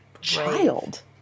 child